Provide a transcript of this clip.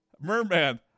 Merman